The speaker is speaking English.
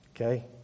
okay